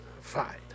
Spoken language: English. fight